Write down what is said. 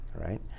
right